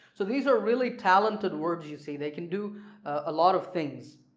so these are really talented words you see they can do a lot of things.